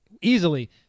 easily